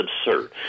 absurd